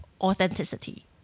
authenticity